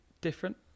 different